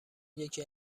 یکی